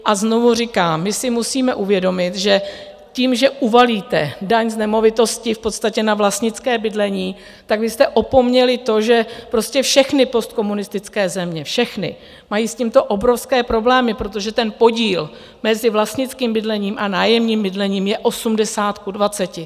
A znovu říkám, my si musíme uvědomit, že tím, že uvalíte daň z nemovitosti v podstatě na vlastnické bydlení, tak vy jste opomněli to, že prostě všechny postkomunistické země, všechny, mají s tímto obrovské problémy, protože ten podíl mezi vlastnickým bydlením a nájemním bydlením je 80 : 20.